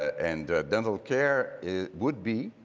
and dental care would be,